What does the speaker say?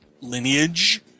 lineage